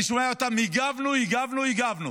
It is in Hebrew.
אני שומע אותם: הגבנו, הגבנו, הגבנו,